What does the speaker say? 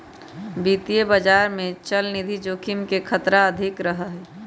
वित्तीय बाजार में चलनिधि जोखिम के खतरा अधिक रहा हई